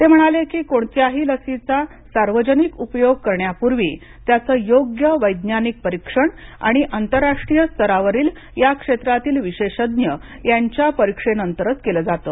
ते म्हणाले की कोणत्याही लसीचा सार्वजनिक उपयोग करण्यापूर्वी त्याचे योग्य वैज्ञानिक परीक्षण आणि आंतरराष्ट्रीय स्तरावरील त्या क्षेत्रातील विशेषज्ञ यांच्या परीक्षेनंतरच केले जाते